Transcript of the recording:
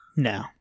No